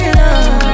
love